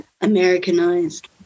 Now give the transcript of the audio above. Americanized